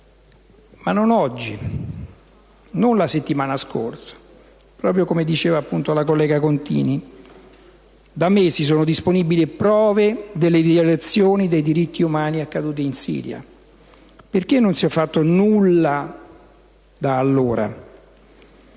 Ma non oggi e non la settimana scorsa, proprio come affermato dalla senatrice Contini, ma da mesi sono disponibili prove delle violazioni dei diritti umani accadute in Siria. Perché non si è fatto nulla da allora?